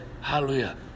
Hallelujah